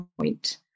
point